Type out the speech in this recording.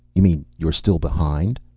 you mean you're still behind?